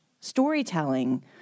storytelling